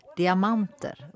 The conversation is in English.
diamanter